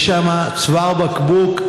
יש שם צוואר בקבוק.